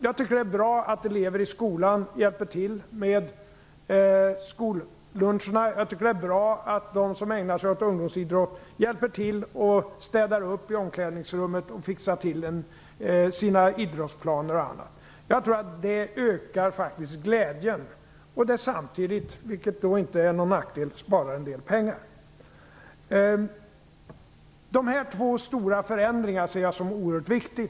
Jag tycker att det är bra att elever i skolan hjälper till med skolluncherna. Jag tycker att det är bra att de som ägnar sig åt ungdomsidrott hjälper till och städar upp i omklädningsrummet och fixar till sina idrottsplaner och annat. Jag tror att det faktiskt ökar glädjen och det sparar samtidigt, vilket inte är någon nackdel, en del pengar. Dessa två stora förändringar ser jag som oerhört viktiga.